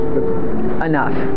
enough